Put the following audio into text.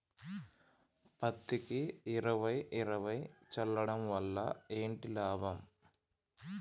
పత్తికి ఇరవై ఇరవై చల్లడం వల్ల ఏంటి లాభం?